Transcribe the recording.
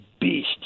beast